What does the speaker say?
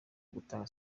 gutanga